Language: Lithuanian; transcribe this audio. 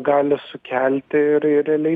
gali sukelti ir ir realiai